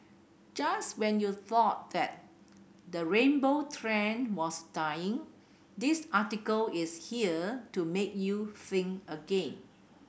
just when you thought that the rainbow trend was dying this article is here to make you think again